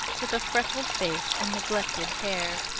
with a freckled face and neglected hair.